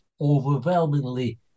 overwhelmingly